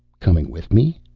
coming with me?